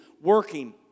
working